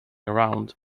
around